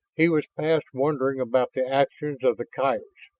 he was past wondering about the actions of the coyotes,